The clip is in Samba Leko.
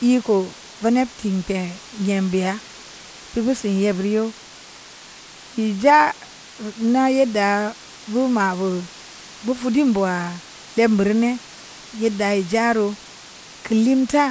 Iko veneb – tiikpeng nyembeya, pi bu sen yebburu you iza’ nhn ina yedda bu ma bu bu fudin buwa leb bureu ni, yedda i za boo, keu limta